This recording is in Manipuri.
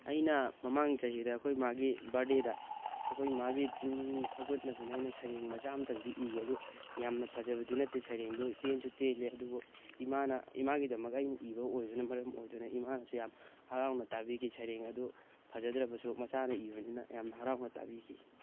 ꯑꯩꯅ ꯃꯃꯥꯡ ꯆꯍꯤꯗ ꯑꯩꯈꯣꯏ ꯏꯃꯥꯒꯤ ꯕꯥꯔꯗꯦꯗ ꯑꯩꯈꯣꯏ ꯏꯃꯥꯒꯤ ꯄꯨꯛꯅꯤꯡ ꯊꯧꯒꯠꯅꯕꯅꯦꯅ ꯁꯩꯔꯦꯡ ꯃꯆꯥ ꯑꯃꯇꯪꯗꯤ ꯏꯒꯤ ꯑꯗꯨ ꯌꯥꯝꯅ ꯐꯖꯕꯗꯤ ꯅꯠꯇꯦ ꯁꯩꯔꯦꯡꯗꯨ ꯇꯦꯟꯁꯨ ꯇꯦꯜꯂꯤ ꯑꯗꯨꯕꯨ ꯏꯃꯥꯅ ꯏꯃꯥꯒꯤꯗꯃꯛ ꯑꯩꯅ ꯏꯕ ꯑꯣꯏꯕꯅ ꯃꯔꯝ ꯑꯣꯏꯗꯨꯅ ꯏꯃꯥꯅꯁꯨ ꯌꯥꯝ ꯍꯔꯥꯎꯅ ꯇꯥꯕꯤꯈꯤ ꯁꯩꯔꯦꯡ ꯑꯗꯨ ꯐꯖꯗ꯭ꯔꯕꯁꯨ ꯃꯆꯥꯅ ꯏꯕꯅꯤꯅ ꯌꯥꯝꯅ ꯍꯔꯥꯎꯅ ꯇꯥꯕꯤꯈꯤ